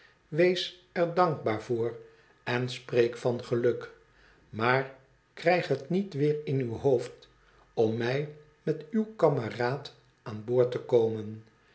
wees er dankbaar voor en spreek van geluk maar krijg het niet weer in uw hoofd om mij met uw t kameraad aan boord te komen